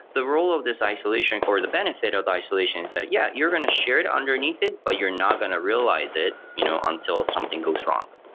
the rule of this isolation or the benefit of the isolation is that, yeah, you're going to share underneath it, but you're not going to realize it you know until something goes wrong.